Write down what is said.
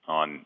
on